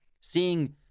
seeing